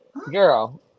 Girl